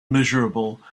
miserable